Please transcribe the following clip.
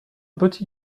petit